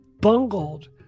bungled